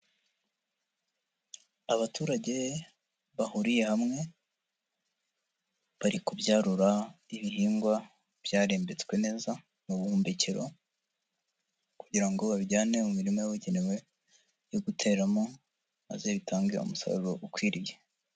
Abaturage bahuriye hamwe, bari kubyarura ibihingwa byarembetswe neza mu buhumbekero, kugira ngo babijyane mu mirima yabugenewe yo guteramo, maze bitange umusaruro ukwiriye.